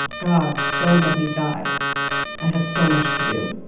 god, don't let me die. i have so much to do